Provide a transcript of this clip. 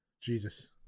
Jesus